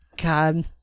God